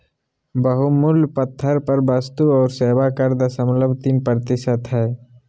बहुमूल्य पत्थर पर वस्तु और सेवा कर दशमलव तीन प्रतिशत हय